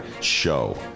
show